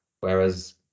Whereas